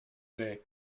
day